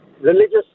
religious